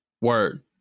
Word